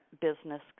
business